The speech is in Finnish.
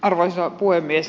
arvoisa puhemies